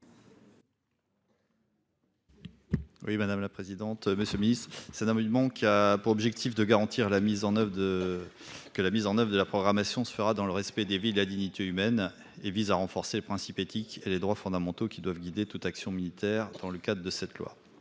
Oui madame la présidente, monsieur Miss c'est un monument qui a pour objectif de garantir la mise en oeuvre de que la mise en oeuvre de la programmation se fera dans le respect des villes la dignité humaine et vise à renforcer les principes éthiques et les droits fondamentaux qui doivent guider toute action militaire dans le cadre de cette loi.